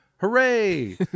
hooray